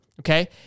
Okay